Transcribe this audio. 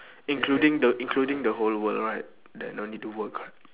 including the including the whole world right that no need to work